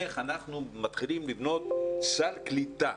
איך אנחנו מתחילים לבנות סל קליטה.